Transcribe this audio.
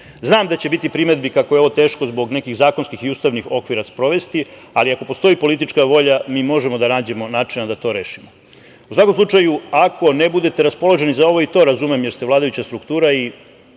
da će biti primedbi kako je ovo teško zbog nekih zakonskih i ustavnih okvira sprovesti, ali ako postoji politička volja, mi možemo da nađemo načina da to rešimo.U svakom slučaju, ako ne budete raspoloženi za ovo i to razumem, jer ste vladajuća strukutura i